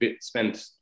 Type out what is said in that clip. spent